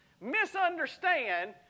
Misunderstand